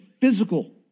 physical